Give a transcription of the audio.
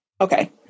Okay